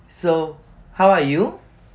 so how are you